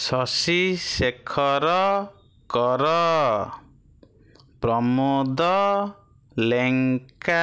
Shashi Shekhar Kar Pramod Lenka